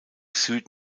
süd